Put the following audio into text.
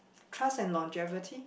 trust and longevity